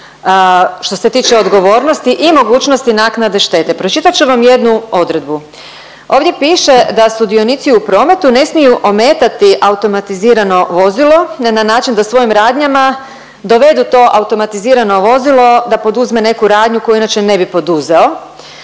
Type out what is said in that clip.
što se tiče odgovornosti i mogućnosti naknade štete. Pročitat ću vam jednu odredbu, ovdje piše da sudionici u prometu ne smiju ometati automatizirano vozilo na način da svojim radnjama dovedu to automatizirano vozilo da poduzme neku radnju koju inače ne bi poduzeo